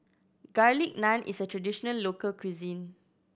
Garlic Naan is a traditional local cuisine